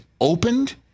opened